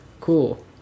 Cool